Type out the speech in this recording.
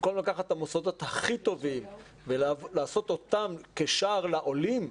במקום לקחת את המוסדות הכי טובים ולעשות אותם כשער לעולים,